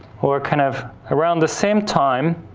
or kind of around the same time,